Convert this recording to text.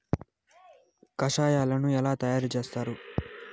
కషాయాలను ఎలా తయారు చేస్తారు?